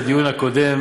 בהתייחס לדיון הקודם,